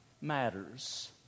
matters